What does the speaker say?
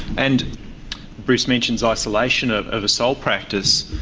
and bruce mentions isolation of of a sole practice.